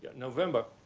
november.